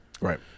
Right